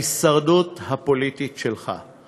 ההישרדות הפוליטית שלך.